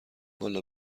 والا